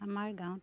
আমাৰ গাঁৱত